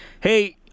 Hey